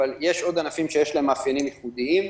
אבל יש עוד ענפים שיש להם מאפיינים ייחודיים.